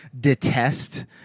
detest